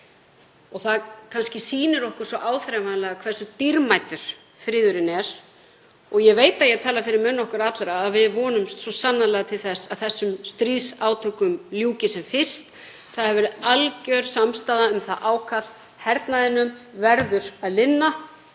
Það kannski sýnir okkur svo áþreifanlega hversu dýrmætur friðurinn er. Ég veit að ég tala fyrir hönd okkar allra þegar ég segi að við vonumst svo sannarlega til þess að þessum stríðsátökum ljúki sem fyrst. Það hefur verið alger samstaða um það ákall. Hernaðinum verður að linna.